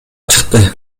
чыкты